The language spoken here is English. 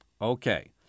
Okay